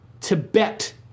Tibet